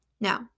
Now